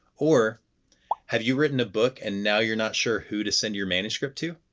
or have you written a book and now you're not sure who to send your manuscript to?